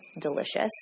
Delicious